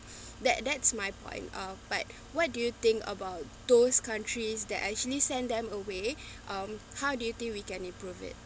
that that's my point uh but what do you think about those countries that actually sent them away um how do you think we can improve it